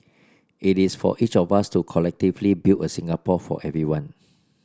it is for each of us to collectively build a Singapore for everyone